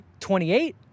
28